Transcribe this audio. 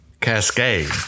Cascade